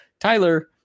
Tyler